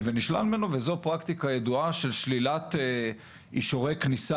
זו פרקטיקה ידועה של שלילת אישורי כניסה